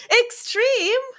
Extreme